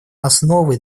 основой